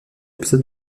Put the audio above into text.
épisodes